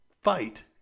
fight